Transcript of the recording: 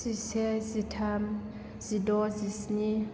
जिसे जिथाम जिद' जिस्नि